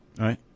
Right